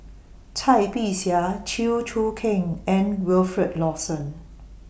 Cai Bixia Chew Choo Keng and Wilfed Lawson